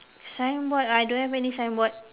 sign board I don't have any sign board